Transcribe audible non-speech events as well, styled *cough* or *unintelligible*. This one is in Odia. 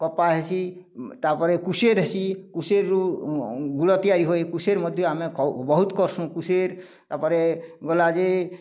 କପା ହେସି ତା'ପରେ କୁସେର୍ ହେସି କୁସେର୍ରୁ ଗୁଡ଼ ତିଆରି ହୁଏ କୁସେର୍ ମଧ୍ୟ ଆମେ *unintelligible* ବହୁତ୍ କର୍ସୁଁ କୁସେର୍ ତା'ପରେ ଗଲା ଯେଁ